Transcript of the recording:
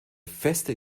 feste